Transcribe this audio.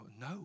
no